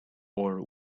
nor